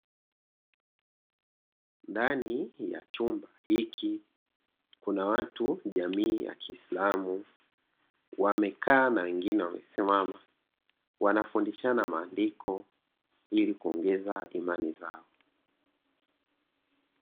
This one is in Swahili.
Ndani ya chumba hiki kuna watu jamii ya kiislamu wamekaa na wengine wamesimama wanafundishana maandiko ili kuongeza imani zao.